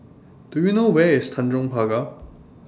Do YOU know Where IS Tanjong Pagar